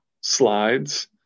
slides